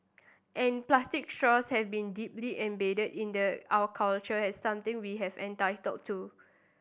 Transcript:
and plastic straws have been deeply embedded in the our culture has something we have entitled to